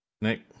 Nick